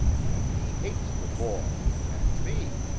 and he hates the boy and me!